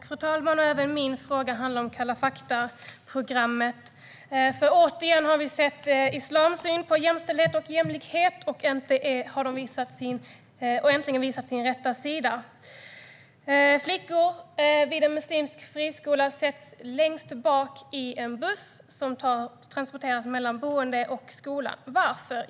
Fru talman! Även min fråga handlar om programmet Kalla fakta . Återigen har vi sett islams syn på jämställdhet och jämlikhet, och äntligen har islam visat sin rätta sida. Flickor vid en muslimsk friskola sätts längst bak i en buss som transporterar dem mellan boende och skola. Varför?